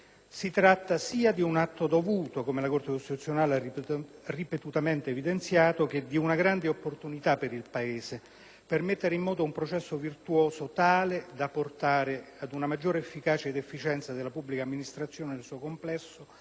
Si tratta sia di un atto dovuto, come la Corte costituzionale ha ripetutamente evidenziato, che di una grande opportunità per il Paese, per mettere in moto un processo virtuoso tale da portare ad una maggiore efficacia ed efficienza della pubblica amministrazione nel suo complesso,